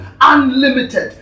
unlimited